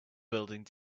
building